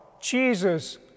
Jesus